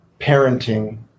parenting